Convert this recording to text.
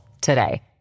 today